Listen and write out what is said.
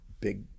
big